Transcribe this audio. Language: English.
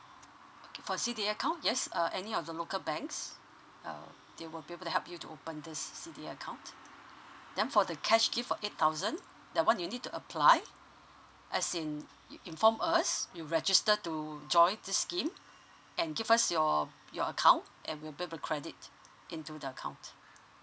okay for C_D_A account yes uh any of the local banks uh they will be will help you to open this C_D_A account then for the cash gift of eight thousand the one you need to apply as in you inform us you register to join this scheme and give us your your account and we will be able to credit into the account